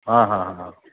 हां हां हां हां